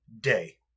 day